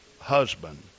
husband